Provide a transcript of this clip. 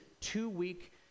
two-week